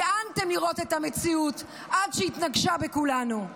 מיאנתם לראות את המציאות עד שהיא התנגשה בכולנו.